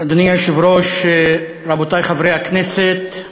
אדוני היושב-ראש, רבותי חברי הכנסת,